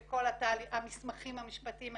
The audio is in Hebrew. המסמכים המשפטיים האינסופיים,